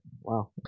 Wow